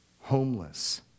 homeless